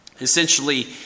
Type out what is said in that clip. Essentially